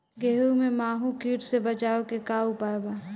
गेहूँ में माहुं किट से बचाव के का उपाय बा?